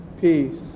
peace